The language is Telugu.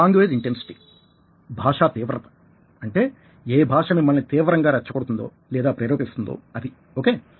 లాంగ్వేజ్ ఇంటెన్సిటీ భాషా తీవ్రత అంటే ఏ భాష మిమ్మల్ని తీవ్రంగా రెచ్చకొడుతుందో లేదా ప్రేరేపిస్తుంది అది ఓకే